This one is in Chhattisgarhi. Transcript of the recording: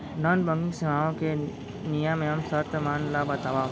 नॉन बैंकिंग सेवाओं के नियम एवं शर्त मन ला बतावव